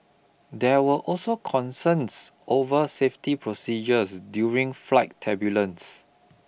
there were also concerns over safety procedures during flight turbulence